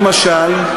למשל,